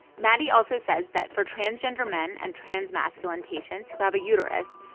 maddie also says that for transgender men and transmasculine patients who have a uterus,